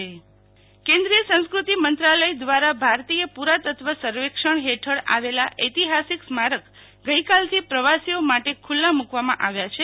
શીતલ વૈશ્નવ સૂર્ય મંદિર કેન્દ્રીય સંસ્કૃતિ મંત્રાલય દ્વારા ભારતીય પુરાતત્વ સર્વેક્ષણ હેઠળ આવેલાં ઐતિહાસિક સ્મારક આજથી પ્રવાસીઓ માટે ખૂલ્લામાં આવ્યાં છે